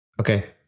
Okay